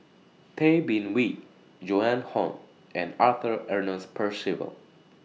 Tay Bin Wee Joan Hon and Arthur Ernest Percival